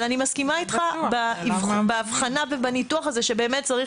אבל אני מסכימה איתך באבחנה ובניתוח הזה שבאמת צריך